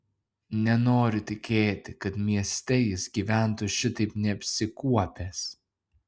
nenoriu tikėti kad mieste jis gyventų šitaip neapsikuopęs